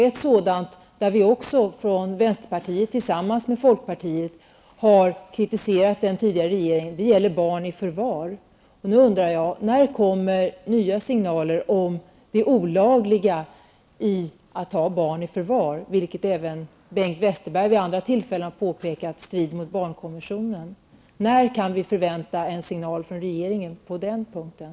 Ett sådant, där vänsterpartiet och folkpartiet tillsammans har kritiserat den tidigare regeringen, gäller barn i förvar. Nu undrar jag: När kommer nya signaler om det olagliga i att ta barn i förvar? Även Bengt Westerberg har vid andra tillfällen påpekat att det strider mot barnkonventionen. När kan vi förvänta en signal från regeringen på den punkten?